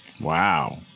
Wow